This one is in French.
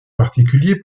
particulier